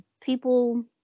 people